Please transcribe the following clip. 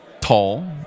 tall